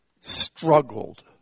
struggled